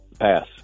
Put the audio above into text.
Pass